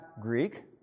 Greek